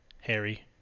Harry